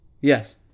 Yes